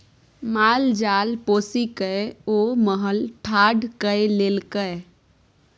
माल जाल पोसिकए ओ महल ठाढ़ कए लेलकै